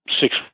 six